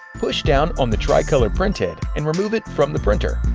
push down on the tri-color printhead and remove it from the printer.